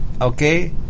Okay